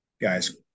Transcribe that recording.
guys